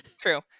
True